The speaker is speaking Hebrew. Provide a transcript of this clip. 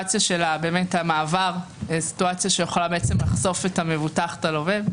המעבר יכול לחשוף את המבוטח, את הלווה,